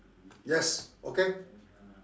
yes okay